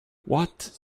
what